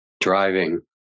driving